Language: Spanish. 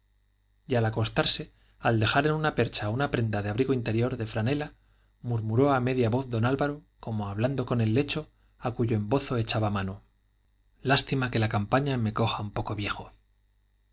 y al acostarse al dejar en una percha una prenda de abrigo interior de franela murmuró a media voz don álvaro como hablando con el lecho a cuyo embozo echaba mano lástima que la campaña me coja un poco viejo